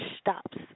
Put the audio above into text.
stops